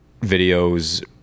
videos